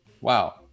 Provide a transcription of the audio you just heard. wow